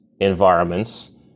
environments